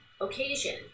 occasion